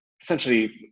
essentially